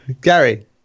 gary